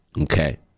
Okay